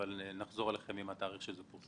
אבל נחזור אליכם עם התאריך שזה פורסם.